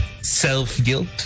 self-guilt